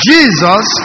Jesus